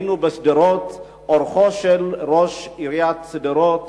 היינו בשדרות, אורחיו של ראש עיריית שדרות,